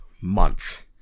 month